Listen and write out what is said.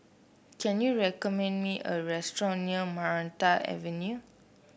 can you recommend me a restaurant near Maranta Avenue